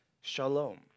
shalom